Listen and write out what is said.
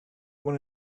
when